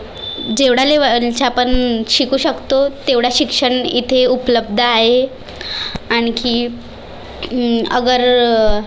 जेवढ्या लेवलचे आपण शिकू शकतो तेवढं शिक्षण इथे उपलब्ध आहे आणखी अगर